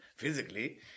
physically